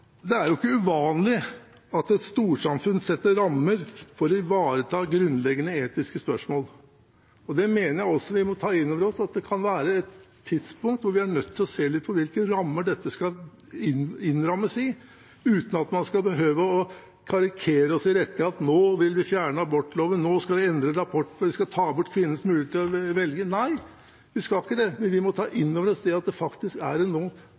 Det er jo ikke uvanlig at et storsamfunn setter rammer for å ivareta grunnleggende etiske spørsmål. Jeg mener også vi må ta inn over oss at det kan være et tidspunkt hvor vi er nødt til å se på hvilke rammer dette skal innrammes i, uten at man skal behøve å karikere oss i retning av at vi nå vil fjerne abortloven, og at vi skal endre og ta bort kvinnens mulighet til å velge. Nei, vi skal ikke det, men vi må ta inn over oss at man faktisk